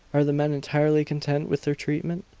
are the men entirely content with their treatment?